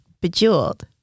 Bejeweled